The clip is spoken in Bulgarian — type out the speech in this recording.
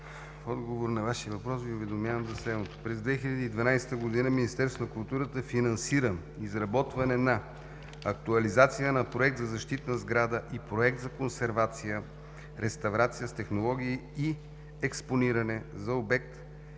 отговор на Вашия въпрос Ви уведомявам за следното: през 2012 г. Министерството на културата финансира изработване на Актуализация на проект за защитна сграда и проект за консервация, реставрация с технологии и експониране за обект